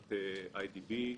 בקבוצת אי די בי,